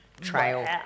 Trail